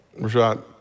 Rashad